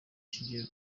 kigiye